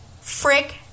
Frick